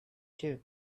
too